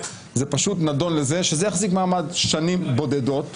זה פשוט נידון לזה שזה יחזיק מעמד שנים בודדות,